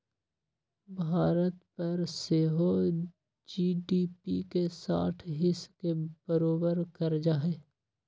भारत पर सेहो जी.डी.पी के साठ हिस् के बरोबर कर्जा हइ